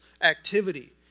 activity